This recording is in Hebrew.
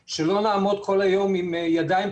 אפשר לראות שבגל הזה הגענו לשיא של עומס בהשוואה לגלים הקודמים.